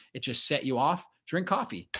it just set you off. drink coffee.